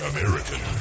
American